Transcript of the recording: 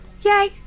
yay